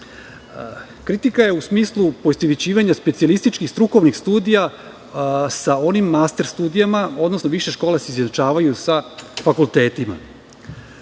Kritika je u smislu poistovećivanja specijalističkih strukovnih studija sa master studijama, odnosno više škole se izjednačavaju sa fakultetima. Uzimajući